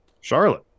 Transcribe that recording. Charlotte